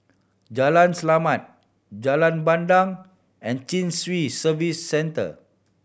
Jalan Selamat Jalan Bandang and Chin Swee Service Centre